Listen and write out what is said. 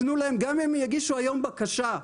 גם אם הם יגישו היום בקשה,